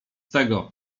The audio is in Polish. tego